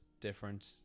different